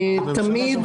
תמיד